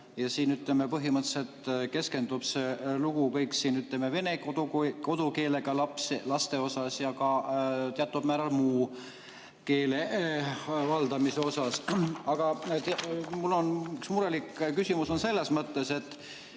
Siin põhimõtteliselt keskendub see lugu kõik, ütleme, vene kodukeelega lastele ja ka teatud määral muu keele valdamisele. Aga mul on üks murelik küsimus selles mõttes, et